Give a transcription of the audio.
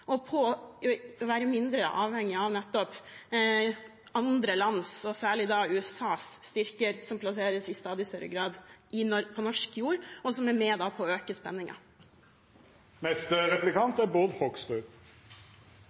med på å være mindre avhengig av andre lands – særlig USAs – styrker, som plasseres i stadig større grad på norsk jord, og som er med på å øke